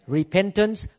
repentance